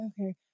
Okay